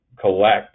collect